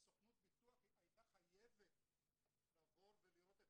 כסוכנות ביטוח היא הייתה חייבת לבוא ולראות את